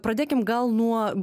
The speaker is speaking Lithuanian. pradėkim gal nuo